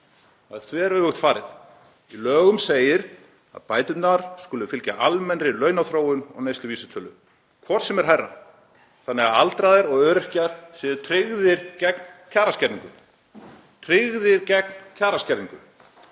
Því er þveröfugt farið. Í lögum segir að bæturnar skuli fylgja almennri launaþróun eða neysluvísitölu, hvort sem er hærra, þannig að aldraðir og öryrkjar séu tryggðir gegn kjaraskerðingu. Tryggðir gegn kjaraskerðingu